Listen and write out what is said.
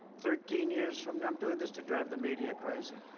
thirteen years from now i'm doing this to drive the media crazy.